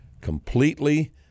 completely